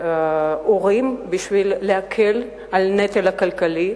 להורים על מנת להקל על הנטל הכלכלי.